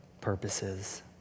purposes